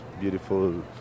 beautiful